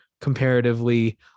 comparatively